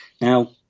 Now